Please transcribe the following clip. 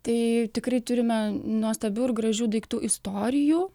tai tikrai turime nuostabių ir gražių daiktų istorijų